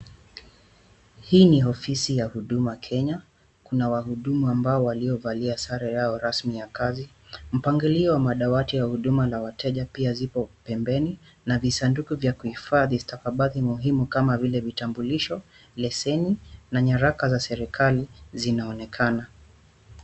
Hii no ofisini ya Huduma Kenya kuna wahudumu ambao waliovalia sare yao rasmi ya kazi, mpangilio ya madawati ya huduma na wateja pia zipo pembeni visanduku za kufidha stakabadhi muhimu kama vile kitambulisho, leseni na nyaraka za serikali zinaonekana.